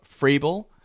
frable